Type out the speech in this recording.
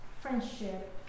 friendship